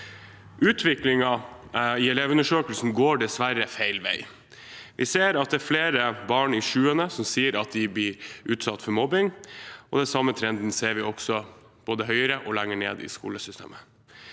Utviklingen i Elevundersøkelsen går dessverre feil vei. Vi ser at det er flere barn i sjuende som sier at de blir utsatt for mobbing, og den samme trenden ser vi både høyere oppe og lenger ned i skolesystemet.